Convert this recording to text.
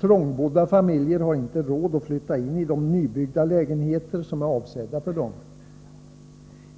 Trångbodda barnfamiljer har inte råd att flytta in i de nybyggda lägenheter som är avsedda för dem.